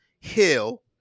Hill